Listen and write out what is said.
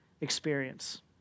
experience